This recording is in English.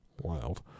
Wild